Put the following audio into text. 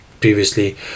Previously